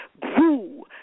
grew